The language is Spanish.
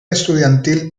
estudiantil